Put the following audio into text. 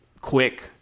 quick